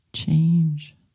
change